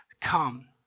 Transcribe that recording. come